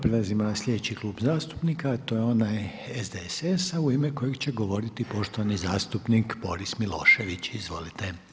Prelazimo na slijedeći Klub zastupnika a to je onaj SDSS-a u ime kojega će govoriti poštovani zastupnik Boris Milošević, izvolite.